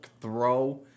throw